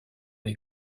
les